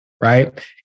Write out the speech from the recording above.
Right